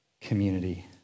community